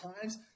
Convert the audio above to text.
times